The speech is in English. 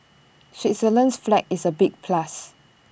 Switzerland's flag is A big plus